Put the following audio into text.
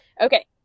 Okay